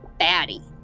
baddie